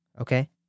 Okay